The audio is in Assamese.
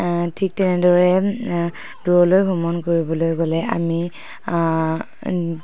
ঠিক তেনেদৰে দূৰলৈ ভ্ৰমণ কৰিবলৈ গ'লে আমি